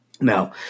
Now